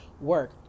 work